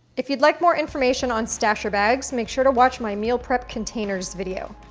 if you'd like more information on stasher bags, make sure to watch my meal prep containers video.